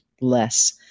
less